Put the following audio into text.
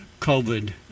covid